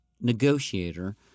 negotiator